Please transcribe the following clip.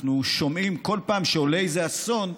כל פעם שעולה איזה אסון,